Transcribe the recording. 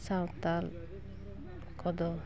ᱥᱟᱶᱛᱟᱞ ᱠᱚᱫᱚ